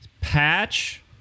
patch